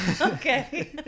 Okay